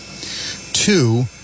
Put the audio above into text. Two